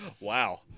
Wow